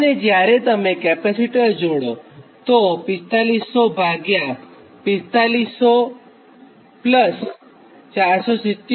અને જ્યારે તમે કેપેસિટર જોડોતો 4500 ભાગ્યા 4500 477